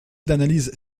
d’analyse